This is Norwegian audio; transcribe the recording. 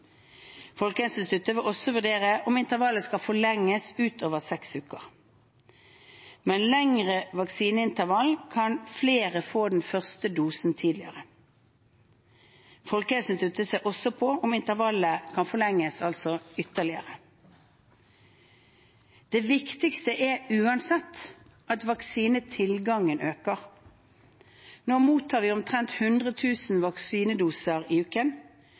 vil også vurdere om intervallet skal forlenges utover seks uker. Med lengre vaksineintervall kan flere få den første dosen tidligere. Folkehelseinstituttet ser også på om intervallet kan forlenges ytterligere. Det viktigste er uansett at vaksinetilgangen øker. Nå mottar vi omtrent 100 000 vaksinedoser i uken.